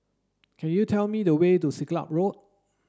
can you tell me the way to Siglap Road